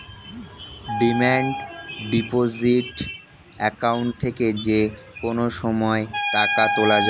demand deposit account থেকে যে কোনো সময় টাকা তোলা যায়